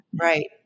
Right